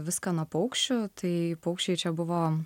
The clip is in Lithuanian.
viską nuo paukščių tai paukščiai čia buvo